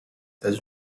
états